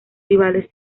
rivales